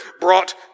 brought